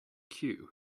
cue